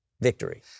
victory